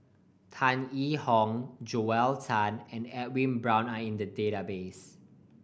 Tan Yee Hong Joel Tan and Edwin Brown are in the database